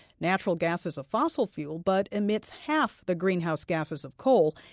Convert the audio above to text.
natural gas is a fossil fuel, but emits half the greenhouse gases of coal.